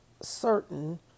certain